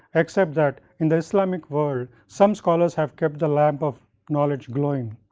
except that in the islamic world some scholars have kept the lamp of knowledge glowing.